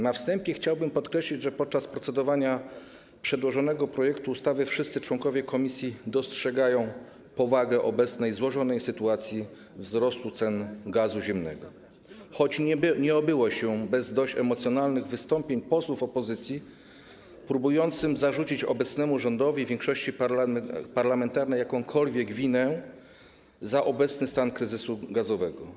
Na wstępie chciałbym podkreślić, że podczas procedowania nad przedłożonym projektem ustawy wszyscy członkowie komisji dostrzegali powagę obecnej złożonej sytuacji wzrostu cen gazu ziemnego, choć nie obyło się bez dość emocjonalnych wystąpień posłów opozycji próbujących zarzucić obecnemu rządowi, większości parlamentarnej, że ponosi jakąś winę za obecny stan kryzysu gazowego.